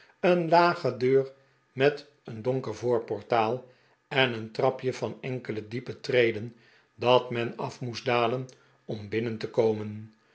een lage deur met een donker voorportaal en een trapje van enkele diepe treden dat men af moest dalen om binnen te komen